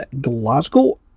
Glasgow